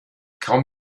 kaum